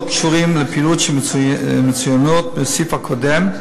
קשורים לפעילויות שמצוינות בסעיף הקודם,